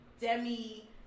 Demi